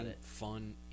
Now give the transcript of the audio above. fun